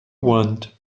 want